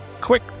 Quick